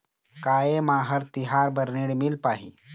का ये म हर तिहार बर ऋण मिल पाही?